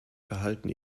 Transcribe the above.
verhalten